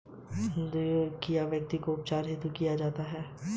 दुर्घटना बीमा का उपयोग दुर्घटनाग्रस्त व्यक्ति के उपचार हेतु किया जाता है